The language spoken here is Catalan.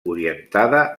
orientada